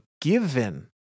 given